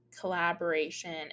collaboration